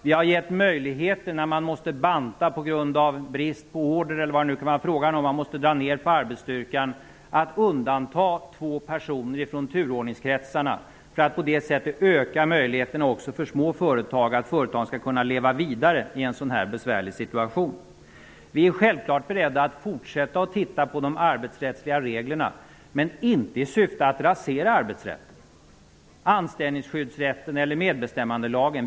Vi har gett möjlighet att undanta två personer från turordningskretsarna, när man måste banta arbetsstyrkan eller dra ner på grund av t.ex. brist på order. På det sättet ökar vi möjligheterna för små företag att leva vidare i en besvärlig situation. Självfallet är vi beredda att forsätta att titta på de arbetsrättsliga reglerna, men inte i syfte att rasera arbetsrätten, vare sig anställningsskyddsrätten eller medbestämmandelagen.